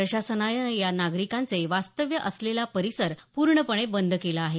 प्रशासनानं या नागरिकांचे वास्तव्य असलेला परिसर पूर्णपणे बंद केला आहे